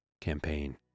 campaign